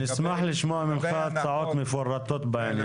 נשמח לשמוע ממך הצעות מפורטות בעניין הזה.